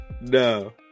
No